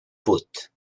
put